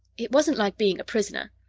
it wasn't like being a prisoner.